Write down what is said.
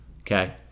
okay